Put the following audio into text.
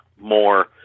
more